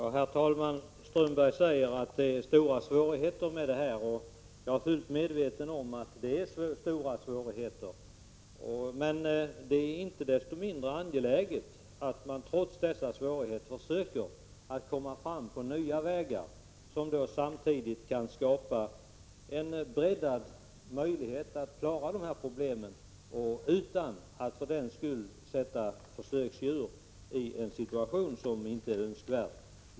Herr talman! Håkan Strömberg säger att alternativa metoder medför stora svårigheter, och jag är fullt medveten om detta. Men det är inte desto mindre angeläget att man trots dessa svårigheter försöker komma fram på nya vägar som samtidigt kan skapa breddade möjligheter att lösa dessa problem utan att man för den skull sätter försöksdjur i en situation som inte är önskvärd.